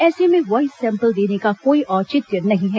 ऐसे में voice sample देने का कोई औचित्य नहीं है